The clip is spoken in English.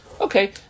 Okay